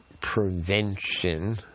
prevention